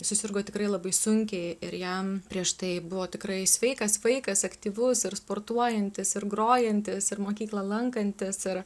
susirgo tikrai labai sunkiai ir jam prieš tai buvo tikrai sveikas vaikas aktyvus ir sportuojantis ir grojantis ir mokyklą lankantis ir